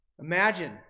imagine